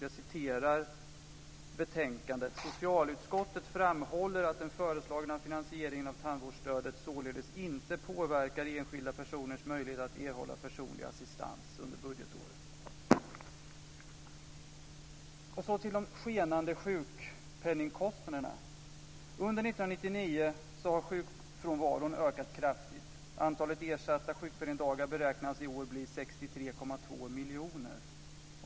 Jag citerar betänkandet: "Socialutskottet framhåller att den föreslagna finansieringen av tandvårdsstödet således inte påverkar enskilda personers möjlighet att erhålla personlig assistans under budgetåret." Så övergår jag till de skenande sjukpenningkostnaderna. Under 1999 har sjukfrånvaron ökat kraftigt. 63,2 miljoner.